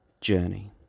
journey